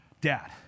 Dad